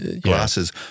glasses